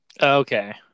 Okay